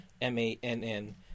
M-A-N-N